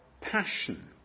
passion